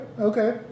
okay